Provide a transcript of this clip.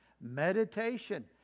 meditation